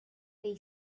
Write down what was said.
they